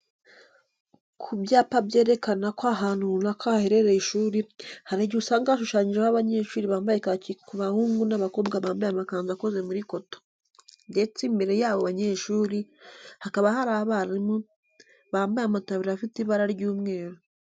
Ku byapa byerekana ko ahantu runaka haherereye ishuri, hari igihe usanga hashushanyijeho abanyeshuri bambaye kaki ku bahungu n'abakobwa bambaye amakanzu akoze muri koto, ndetse imbere y'abo banyeshuri hakaba hari abarimu bambaye amataburiya afite ibara ry'umweru.